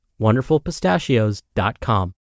wonderfulpistachios.com